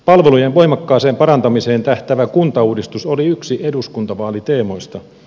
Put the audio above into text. palvelujen voimakkaaseen parantamiseen tähtäävä kuntauudistus oli yksi eduskuntavaaliteemoista